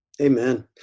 Amen